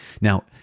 Now